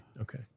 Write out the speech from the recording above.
Okay